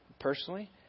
personally